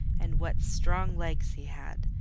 and what strong legs he had,